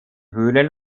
höhlen